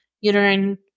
uterine